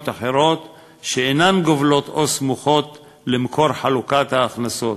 אחרות שאינן גובלות או סמוכות למקור חלוקת ההכנסות,